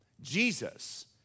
Jesus